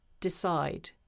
decide